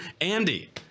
Andy